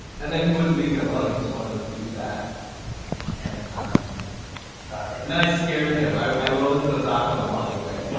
and then he wouldn't leave me alone, he just wanted to do that like ten times and then i scared him i rolled him to a taco and walked away